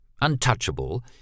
Untouchable